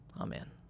Amen